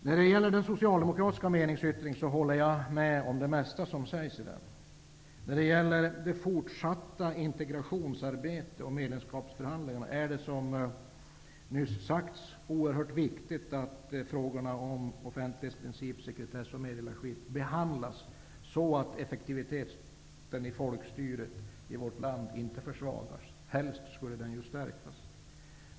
Jag håller med om det mesta som sägs i den socialdemokratiska reservationen. När det gäller det fortsatta integrationsarbetet och medlemskapsförhandlingarna är det som jag nyss sagt, oerhört viktigt att frågorna om offentlighetsprincip, sekretess och meddelarskydd behandlas så att effektiviteten i folkstyret i vårt land inte försvagas. Helst skulle den stärkas.